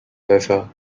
leather